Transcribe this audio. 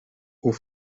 haut